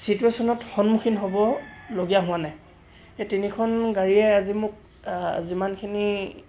ছিটুৱেশ্যনত সন্মুখীন হ'ব লগীয়া হোৱা নাই সেই তিনিখন গাড়ীয়ে আজি মোক যিমানখিনি